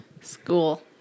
School